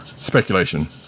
speculation